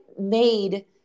made